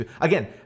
again